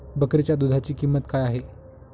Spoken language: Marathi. बकरीच्या दूधाची किंमत काय आहे?